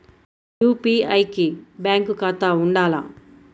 UPI కి bank ఖాతా ఉండాల?